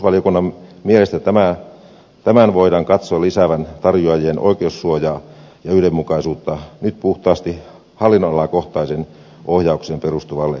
puolustusvaliokunnan mielestä tämän voidaan katsoa lisäävän tarjoajien oikeussuojaa ja yhdenmukaisuutta nyt puhtaasti hallinnonalakohtaiseen ohjaukseen perustuvaan hankintatoimintaan